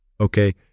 Okay